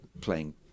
playing